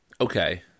Okay